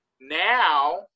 Now